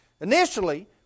Initially